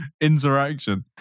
interaction